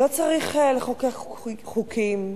לא צריך לחוקק חוקים.